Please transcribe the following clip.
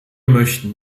möchten